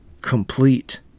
complete